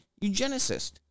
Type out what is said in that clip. eugenicist